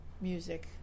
music